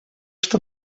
что